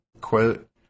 quote